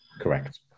Correct